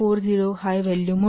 40 high value आहे